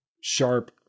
sharp